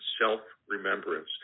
self-remembrance